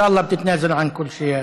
(אומר בערבית: הלוואי שתוותר על כל מה